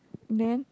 then